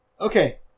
Okay